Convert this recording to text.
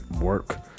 work